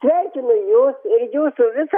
sveikinu jus ir jūsų visą